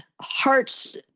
hearts